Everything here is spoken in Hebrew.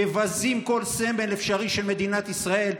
מבזים כל סמל אפשרי של מדינת ישראל.